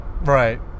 Right